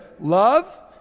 love